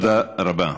תודה רבה.